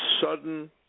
sudden